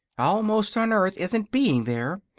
almost on earth isn't being there,